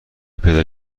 پیدا